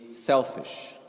selfish